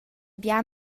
bia